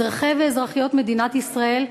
אזרחי ואזרחיות מדינת ישראל,